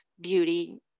beauty